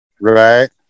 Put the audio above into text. right